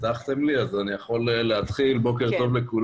בוקר טוב.